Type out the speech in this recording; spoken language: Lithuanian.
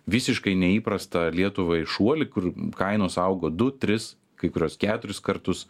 visiškai neįprastą lietuvai šuolį kur kainos augo du tris kai kurios keturis kartus